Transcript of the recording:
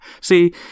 See